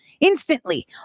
instantly